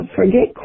forget